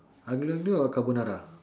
aglio-olio or carbonara